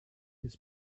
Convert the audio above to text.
his